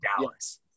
Dallas